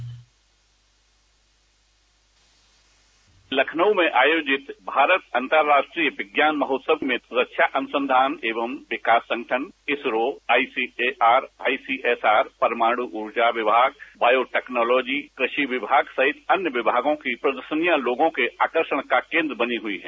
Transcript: bite Lucknow में आयोजित भारत अतंराष्ट्रीय विज्ञान महोत्सव में रक्षा अनुसंधान एवं विकास संगठन इसरो आईसीएआर परमाणु ऊर्जा विभाग बॉयो टैक्नोलॉजी कृषि विभाग सहित अन्य विभागों की प्रदर्शनियां लोगों के आकर्षण का केन्द्र बनी हुई है